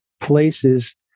places